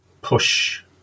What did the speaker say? push